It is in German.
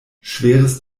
schweres